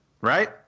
right